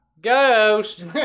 Ghost